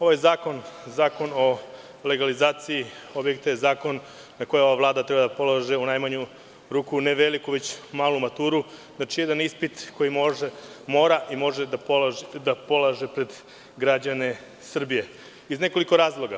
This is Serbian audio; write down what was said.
Ovaj zakon, zakon o legalizaciji objekata, je zakon na koji ova vlada treba da polaže, u najmanju ruku, ne veliku, već malu maturu, jedan ispit koji mora i može da polaže pred građane Srbije iz nekoliko razloga.